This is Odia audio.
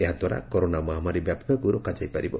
ଏହାଦ୍ୱାରା କରୋନା ମହାମାରୀ ବ୍ୟାପିବାକୁ ରୋକାଯାଇ ପାରିବ